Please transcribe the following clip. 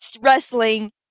wrestling